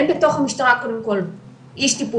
הן בתוך המשטרה קודם כל אין איש טיפול